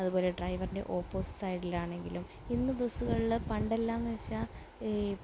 അതുപോലെ ഡ്രൈവറിൻ്റെ ഓപ്പോസിറ്റ് സൈഡിലാണെങ്കിലും ഇന്ന് ബസ്സുകളിൽ പണ്ടല്ലാമെന്നു വച്ചാൽ ഈ